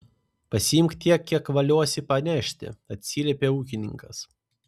pasiimk tiek kiek valiosi panešti atsiliepė ūkininkas